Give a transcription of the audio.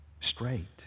Straight